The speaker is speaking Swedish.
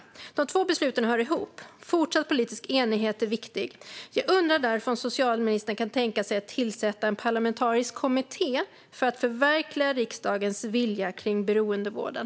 Dessa två beslut hör ihop, och fortsatt politisk enighet är viktig. Jag undrar därför om socialministern kan tänka sig att tillsätta en parlamentarisk kommitté för att förverkliga riksdagens vilja när det gäller beroendevården.